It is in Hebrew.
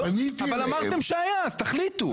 אבל אמרתם שהיה, אז תחליטו.